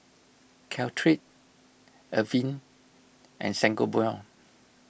Caltrate Avene and Sangobion